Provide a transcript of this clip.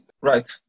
Right